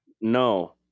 No